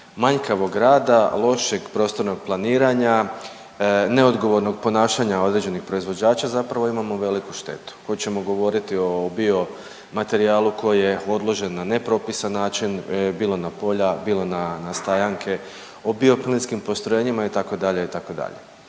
manjkavog rada, lošeg prostornog planiranja, neodgovornog ponašanja određenih proizvođača zapravo imamo veliku štetu. Hoćemo govoriti o biomaterijalu koji je odložen na nepropisan način bilo na polja, bilo na stajanke, o bioplinskim postrojenjima itd. itd.